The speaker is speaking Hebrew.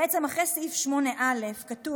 בעצם אחרי סעיף 8א כתוב: